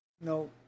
No